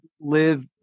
live